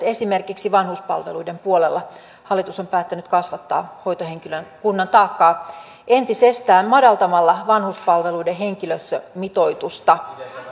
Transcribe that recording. esimerkiksi vanhuspalveluiden puolella hallitus on päättänyt kasvattaa hoitohenkilökunnan taakkaa entisestään madaltamalla vanhuspalveluiden henkilöstömitoitusta